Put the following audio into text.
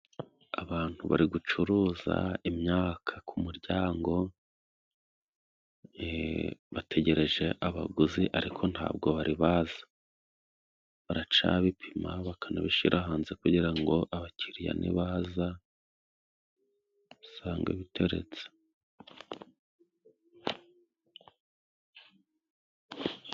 Abantu bari gucuruza imyaka ku muryango bategereje abaguzi ariko ntabwo bari baza. Baracabipima bakanabishyira hanze kugira ngo abakiriya nibaza usanga bitoretse.